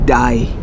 die